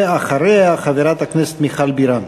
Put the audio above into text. אחריה, חברת הכנסת מיכל בירן.